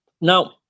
Now